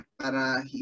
para